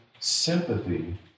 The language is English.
Sympathy